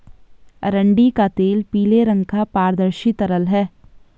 अरंडी का तेल पीले रंग का पारदर्शी तरल है